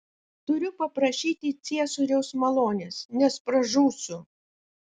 turiu paprašyti ciesoriaus malonės nes pražūsiu